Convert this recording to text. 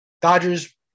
Dodgers